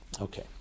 Okay